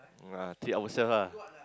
ya treat our self lah